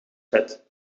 vet